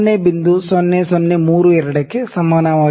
0032 ಕ್ಕೆ ಸಮಾನವಾಗಿರುತ್ತದೆ